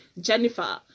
Jennifer